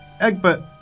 Egbert